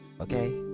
Okay